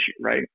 right